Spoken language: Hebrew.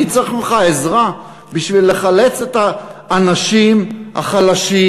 אני צריך ממך עזרה בשביל לחלץ את האנשים החלשים,